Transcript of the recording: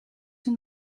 hun